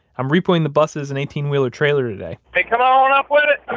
i'm repo'ing the buses and eighteen wheeler trailer today hey, come on up with it